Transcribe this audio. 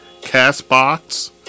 CastBox